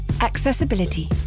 Accessibility